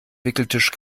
wickeltisch